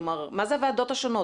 מה זה הוועדות השונות?